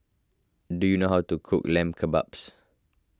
do you know how to cook Lamb Kebabs